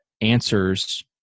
answers